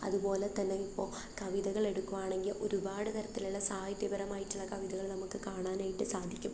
അതുപോലെതന്നെ ഇപ്പോള് കവിതകളെടുക്കുവാണെങ്കില് ഒരുപാട് തരത്തിലുള്ള സാഹിത്യപരമായിട്ടുള്ള കവിതകള് നമുക്ക് കാണാനായിട്ട് സാധിക്കും